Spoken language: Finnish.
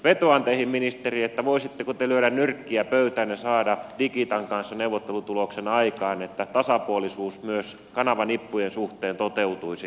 vetoan teihin ministeri voisitteko te lyödä nyrkkiä pöytään ja saada digitan kanssa neuvottelutuloksen aikaan että tasapuolisuus myös kanavanippujen suhteen toteutuisi tuolla maakunnassa